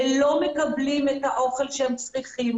לא מקבלים את האוכל שהם צריכים.